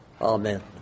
Amen